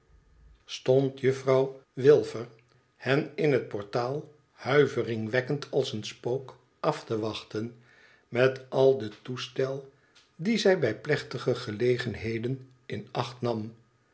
stond juffrouw wilfer lk hen in het portaal huiveringwekkend als een spook af te wachten met al den toestel dien zij bij plechtige gelegenheden in acht nam